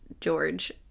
George